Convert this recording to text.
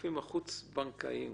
ולגופים החוץ בנקאיים.